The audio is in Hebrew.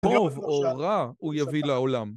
טוב או רע הוא יביא לעולם.